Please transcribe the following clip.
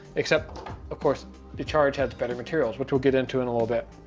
except of course the charge has better materials, which we'll get into in a little bit.